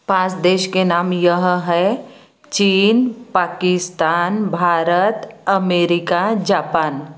पाँच देश के नाम यह है चीन पाकिस्तान भारत अमेरिका जापान